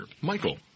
Michael